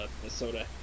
Minnesota